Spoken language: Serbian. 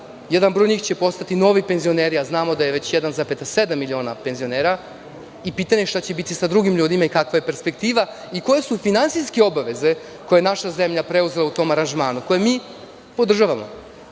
Jedan broj njih će postati novi penzioneri, a znamo da je već 1,7 miliona penzionera i pitanje je šta će biti sa drugim ljudima i kakva je perspektiva i koje su finansijske obaveze koje je naša zemlja preuzela u tom aranžmanu, koje mi podržavamo?